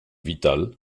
vital